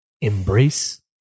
Embrace